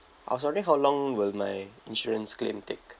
I was wondering how long will my insurance claim take